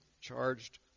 charged